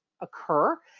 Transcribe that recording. occur